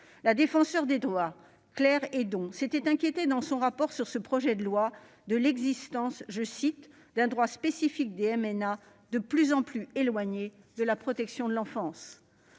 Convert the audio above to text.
La Défenseure des droits, Claire Hédon, s'est inquiétée, dans son rapport sur ce projet de loi, de l'existence « d'un droit spécifique des MNA, de plus en plus éloigné de la protection de l'enfance